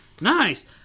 nice